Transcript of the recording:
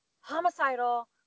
homicidal